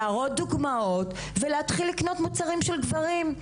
להראות דוגמאות ולהתחיל לקנות מוצרים של גברים.